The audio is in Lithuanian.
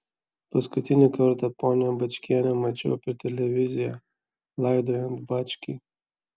paskutinį kartą ponią bačkienę mačiau per televiziją laidojant bačkį